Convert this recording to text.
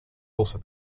also